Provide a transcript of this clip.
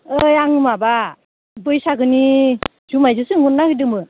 ओइ आं माबा बैसागोनि जुमायसो सोंहरनो नागिरदोंमोन